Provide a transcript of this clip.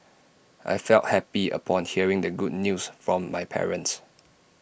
I felt happy upon hearing the good news from my parents